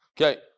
Okay